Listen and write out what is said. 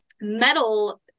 metal